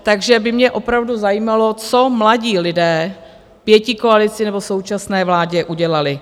Takže by mě opravdu zajímalo, co mladí lidé pětikoalici nebo současné vládě udělali.